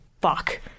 Fuck